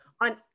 on